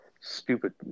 Stupid